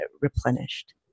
replenished